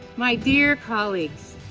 my dear colleagues,